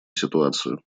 ситуацию